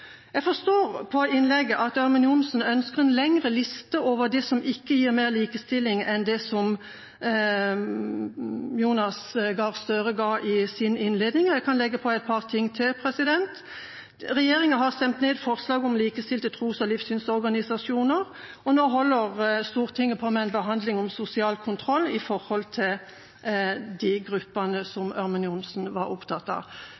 Jeg forstår på innlegget til representanten Ørmen Johnsen at hun ønsker en lengre liste enn det Jonas Gahr Støre ga i sin innledning, over det som ikke gir mer likestilling. Jeg kan legge til et par ting: Regjeringa har stemt ned forslag om likestilte tros- og livssynsorganisasjoner, nå holder Stortinget på med behandling av en sak om sosial kontroll for de gruppene representanten Ørmen Johnsen var opptatt av.